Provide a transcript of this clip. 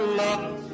love